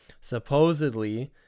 supposedly